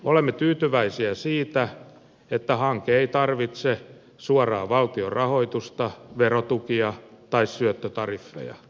olemme tyytyväisiä siitä että hanke ei tarvitse suoraa valtion rahoitusta verotukia tai syöttötariffeja